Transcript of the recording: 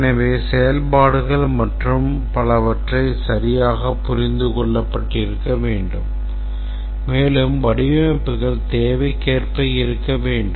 எனவே செயல்பாடுகள் மற்றும் பலவற்றை சரியாக புரிந்து கொள்ளப்பட்டிருக்க வேண்டும் மேலும் வடிவமைப்புகள் தேவைக்கேற்ப இருக்க வேண்டும்